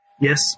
yes